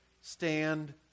stand